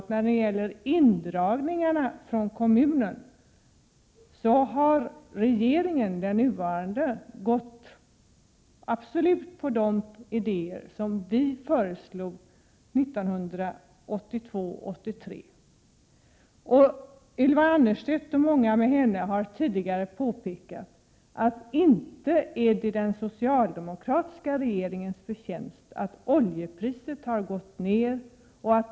När det gäller indragningarna från kommunerna har faktiskt den nuvarande regeringen gått absolut på de idéer som vi föreslog 1982/83. Ylva Annerstedt och många med henne har tidigare påpekat att inte är det den socialdemokratiska regeringens förtjänst att oljepriset har gått ner och Prot.